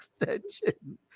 extension